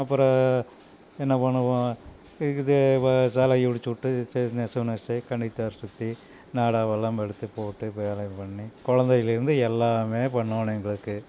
அப்பறம் என்ன பண்ணுவோம் இது இப்போ சேலையை உரித்துட்டு நெசவு நெச கண்ணி தார் சுற்றி நாடாவெல்லாம் நம்ம எடுத்து போட்டு பண்ணி குழந்தையிலேர்ந்து எல்லாமே பண்ணணும் எங்களுக்கு